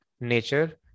nature